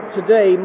today